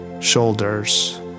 shoulders